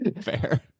Fair